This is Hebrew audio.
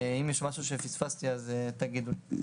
אם יש משהו שפספסתי תגידו לי.